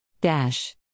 Dash